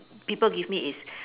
people give me is